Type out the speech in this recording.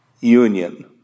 union